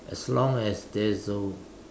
as long as there is a